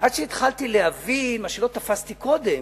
עד שהתחלתי להבין מה שלא תפסתי קודם,